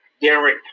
Derek